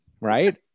Right